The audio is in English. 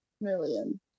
million